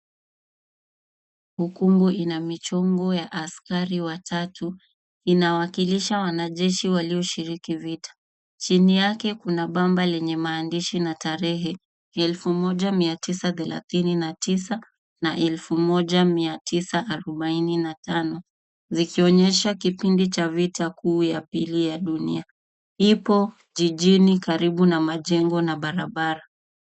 Ukungu huu una sanamu tatu zinazoonyesha wanajeshi waliwashiriki vitani. Chini yake kuna bamba lenye maandishi na tarehe 1939 na 1945, zikionyesha kipindi cha Vita ya Pili ya Dunia